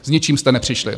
S ničím jste nepřišli.